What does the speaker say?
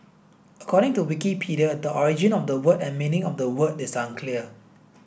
according to Wikipedia the origin of the word and meaning of the word is unclear